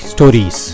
Stories